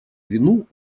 вину